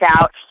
out